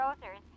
grocer's